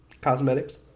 cosmetics